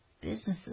Businesses